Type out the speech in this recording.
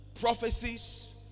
prophecies